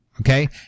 Okay